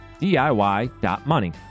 DIY.money